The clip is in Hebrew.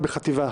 גם בחוק-יסוד: